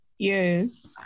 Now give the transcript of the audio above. Yes